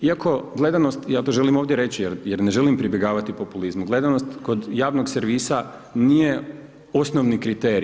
Iako, gledanost, ja to želim ovdje reći jer ne želim pribjegavati populizmu, gledanost kod javnog servisa nije osnovni kriterij.